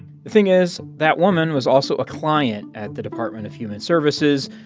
thing is, that woman was also a client at the department of human services.